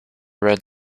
red